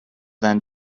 than